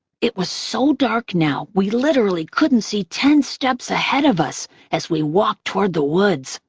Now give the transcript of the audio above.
it was so dark now we literally couldn't see ten steps ahead of us as we walked toward the woods.